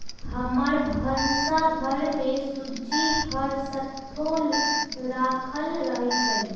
हमर भन्सा घर में सूज्ज़ी हरसठ्ठो राखल रहइ छै